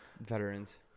veterans